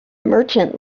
merchant